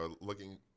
looking